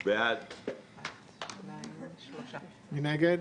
3. מי נגד?